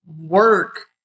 work